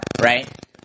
Right